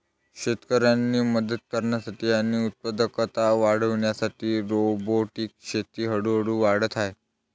शेतकऱ्यांना मदत करण्यासाठी आणि उत्पादकता वाढविण्यासाठी रोबोटिक शेती हळूहळू वाढत आहे